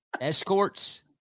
escorts